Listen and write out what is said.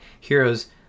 heroes